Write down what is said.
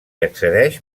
accedeix